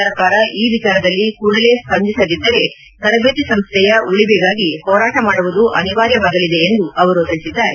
ಸರ್ಕಾರ ಈ ವಿಚಾರದಲ್ಲಿ ಕೂಡಲೇ ಸ್ಸಂದಿಸದಿದ್ದರೆ ತರಬೇತಿ ಸಂಶ್ಹೆಯ ಉಳಿವಿಗಾಗಿ ಹೋರಾಟ ಮಾಡುವುದು ಅನಿರ್ವಾಯವಾಗಲಿದೆ ಎಂದು ಅವರು ತಿಳಿಸಿದ್ದಾರೆ